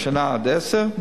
השנה עד עשר,